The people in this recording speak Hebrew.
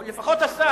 או לפחות השר?